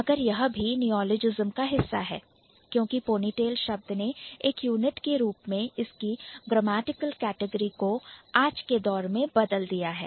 मगर यह भी Neologism नियॉलजिस्म का हिस्सा है क्योंकि ponytail पोनीटेल शब्द ने एक Unit के रूप में इसकी ग्रामेटिकल कैटेगरी को आज के दौर में बदल दिया है